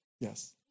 Yes